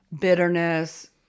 bitterness